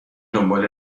دنبال